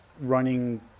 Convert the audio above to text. running